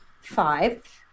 five